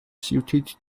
suited